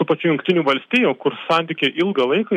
tų pačių jungtinių valstijų kur santykiai ilgą laiką